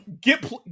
get